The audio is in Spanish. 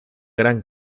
gran